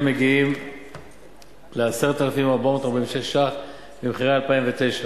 מגיעים ל-10,446 שקלים במחירי 2009,